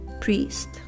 priest